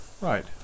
Right